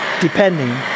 depending